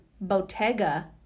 Bottega